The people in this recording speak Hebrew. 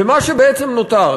ומה שבעצם נותר,